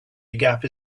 gap